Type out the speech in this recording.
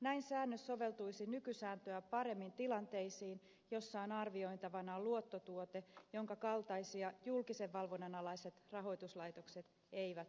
näin säännös soveltuisi nykysääntöä paremmin tilanteisiin joissa on arvioitavana luottotuote jonka kaltaisia julkisen valvonnan alaiset rahoituslaitokset eivät tarjoa